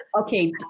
Okay